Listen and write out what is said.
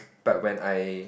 but when I